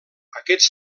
aquests